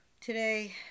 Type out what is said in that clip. today